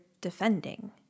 defending